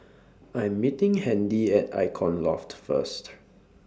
I Am meeting Handy At Icon Loft First